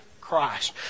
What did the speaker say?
Christ